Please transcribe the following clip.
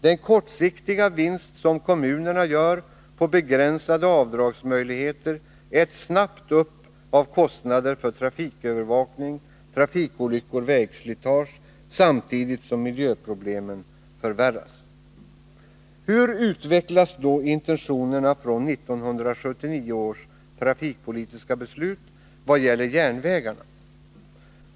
Den kortsiktiga vinst som kommunerna gör på begränsade avdragsmöjligheter äts snabbt upp av kostnader för trafikövervakning, trafikolyckor och vägslitage, samtidigt som miljöproblemen förvärras. Hur utvecklas då intentionerna från 1979 års trafikpolitiska beslut vad gäller järnvägarna?